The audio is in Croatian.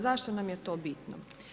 Zašto nam je to bitno?